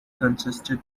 consisted